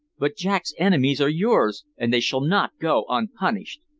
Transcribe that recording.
but jack's enemies are yours, and they shall not go unpunished.